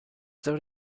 there